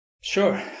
Sure